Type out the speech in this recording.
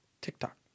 TikTok